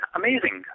amazing